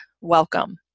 Welcome